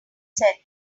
said